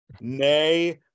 Nay